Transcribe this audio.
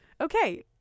Okay